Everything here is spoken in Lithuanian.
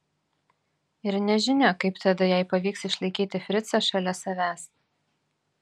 ir nežinia kaip tada jai pavyks išlaikyti fricą šalia savęs